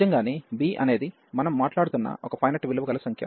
సహజంగానే b అనేది మనం మాట్లాడుతున్న ఒక ఫైనెట్ విలువ గల సంఖ్య